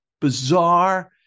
bizarre